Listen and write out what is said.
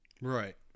Right